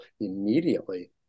immediately